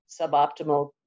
suboptimal